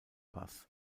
pass